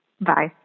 Bye